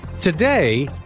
Today